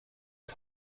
کسی